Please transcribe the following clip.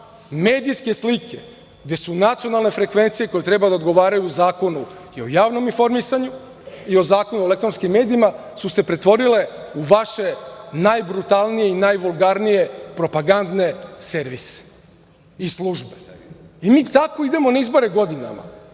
medijske slike gde su nacionalne frekvencije koje treba da odgovaraju u Zakonu o javnom informisanju i o Zakonu o elektronskim medijima su se pretvorile u vaše najbrutalnije i najvulgarnije propagandne servise i službe. Mi tako idemo na izbore godinama